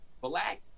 black